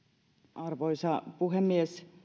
arvoisa puhemies